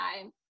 time